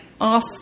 off